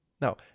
Now